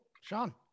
Sean